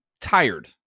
tired